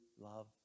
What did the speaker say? love